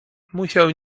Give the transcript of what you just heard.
musiał